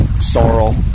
Sorrel